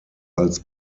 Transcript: als